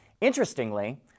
Interestingly